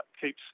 keeps